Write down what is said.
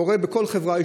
כמו בכל חברה,